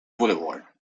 boulevard